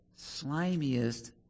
slimiest